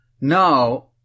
now